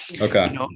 Okay